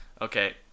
Okay